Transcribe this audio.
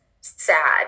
sad